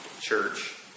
church